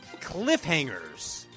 cliffhangers